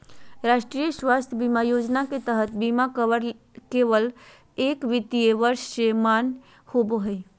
राष्ट्रीय स्वास्थ्य बीमा योजना के तहत बीमा कवर केवल एक वित्तीय वर्ष ले मान्य होबो हय